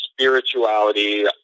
Spirituality